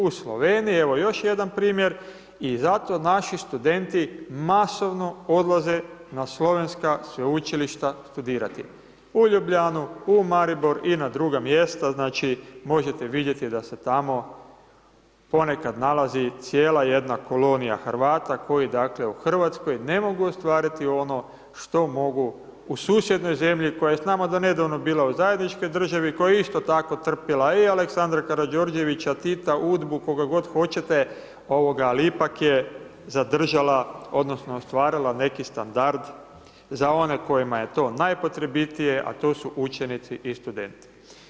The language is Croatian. U Sloveniji, evo još jedan primjer i zato naši studenti masovno odlaze na slovenska sveučilišta studirati, u Ljubljanu, u Maribor i na druga mjesta, znači možete vidjeti da se tamo ponekad nalazi cijela jedna kolonija Hrvata koji dakle u Hrvatskoj ne mogu ostvariti ono što mogu u susjednoj zemlji koja je s nama donedavno bila u zajedničkoj državi, koja je isto kao trpila i Aleksandra Karađorđevića, Tita, UDBA-u, koga god hoćete ali ipak je zadržala odnosno ostvarila neki standard za one kojima je to najpotrebitije a to su učenici i studenti.